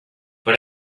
but